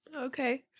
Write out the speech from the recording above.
Okay